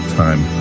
time